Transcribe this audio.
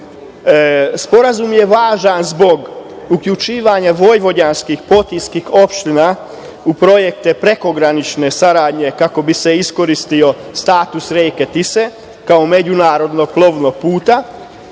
je važan zbog uključivanja vojvođanskih opština u projekte prekogranične saradnje kako bi se iskoristio status reke Tise kao međunarodnog plovnog puta